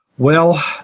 well,